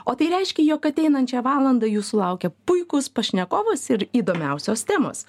o tai reiškia jog ateinančią valandą jūsų laukia puikus pašnekovas ir įdomiausios temos